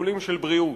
שיקולים של בריאות.